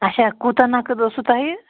اَچھا کوٗتاہ نَقٕد اوسوٕ تۄہہِ